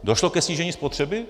Došlo ke snížení spotřeby?